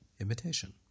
imitation